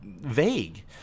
vague